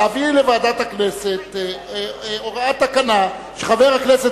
להביא לוועדת הכנסת הוראת תקנה שחבר הכנסת